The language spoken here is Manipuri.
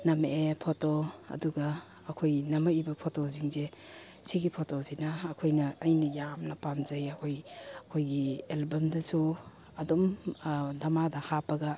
ꯅꯝꯃꯛꯑꯦ ꯐꯣꯇꯣ ꯑꯗꯨꯒ ꯑꯩꯈꯣꯏ ꯅꯝꯃꯛꯏꯕ ꯐꯣꯇꯣꯁꯤꯡꯁꯦ ꯁꯤꯒꯤ ꯐꯣꯇꯣꯁꯤꯅ ꯑꯩꯈꯣꯏꯅ ꯑꯩꯅ ꯌꯥꯝꯅ ꯄꯥꯝꯖꯩ ꯑꯩꯈꯣꯏ ꯑꯩꯈꯣꯏꯒꯤ ꯑꯦꯜꯕꯝꯗꯁꯨ ꯑꯗꯨꯝ ꯗꯥꯃꯥꯗ ꯍꯥꯞꯄꯒ